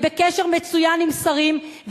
הם בקשר מצוין עם שרים,